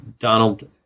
Donald